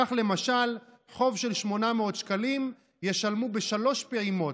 כך למשל על חוב של 800 שקלים ישלמו בשלוש פעימות,